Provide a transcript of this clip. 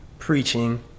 preaching